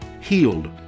healed